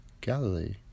Galilee